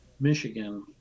Michigan